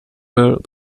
girl